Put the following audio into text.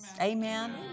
Amen